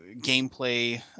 gameplay